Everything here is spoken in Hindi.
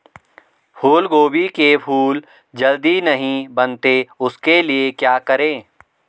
फूलगोभी के फूल जल्दी नहीं बनते उसके लिए क्या करें?